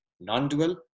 non-dual